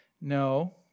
no